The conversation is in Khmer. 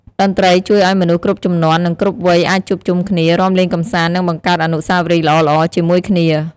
តន្ត្រីជួយឱ្យមនុស្សគ្រប់ជំនាន់ និងគ្រប់វ័យអាចជួបជុំគ្នា រាំលេងកម្សាន្ត និងបង្កើតអនុស្សាវរីយ៍ល្អៗជាមួយគ្នា។